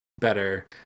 better